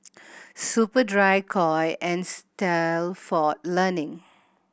Superdry Koi and Stalford Learning